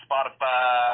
Spotify